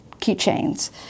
keychains